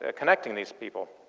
ah connecting these people.